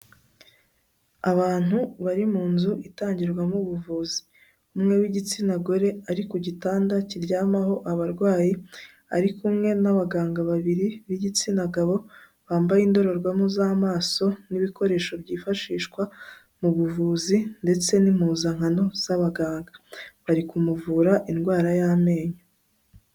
Abantu bari mu nzu itangirwamo ubuvuzi, umwe w'igitsina gore ari ku gitanda kiryamaho abarwayi, ari kumwe n'abaganga babiri b'igitsina gabo bambaye indorerwamo z'amaso n'ibikoresho byifashishwa mu buvuzi ndetse n'impuzankano z'abaganga, bari kumuvura indwara y'amenyo.